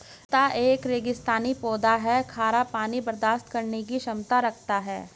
पिस्ता एक रेगिस्तानी पौधा है और खारा पानी बर्दाश्त करने की क्षमता रखता है